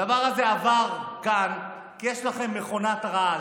הדבר הזה עבר כאן כי יש לכם מכונת רעל